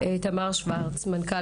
נקווה